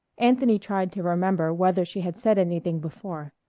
anthony tried to remember whether she had said anything before.